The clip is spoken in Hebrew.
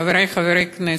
חברי חברי הכנסת,